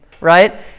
right